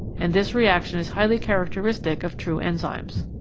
and this reaction is highly characteristic of true enzymes.